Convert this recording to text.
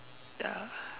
the